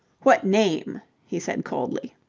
what name? he said, coldly.